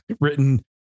written